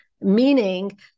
meaning